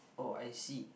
oh I see